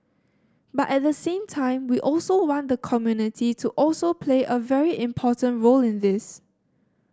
but at the same time we also want the community to also play a very important role in this